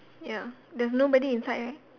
ya there's nobody inside right